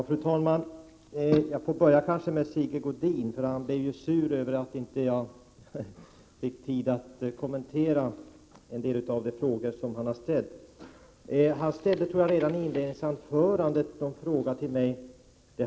Fru talman! Jag får kanske börja med Sigge Godin — han var ju sur över att jag inte haft tid att kommentera en del av de frågor han hade ställt. Sigge Godin ställde, tror jag, redan i inledningsanförandet någon fråga till mig.